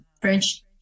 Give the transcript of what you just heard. French